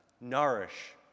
nourish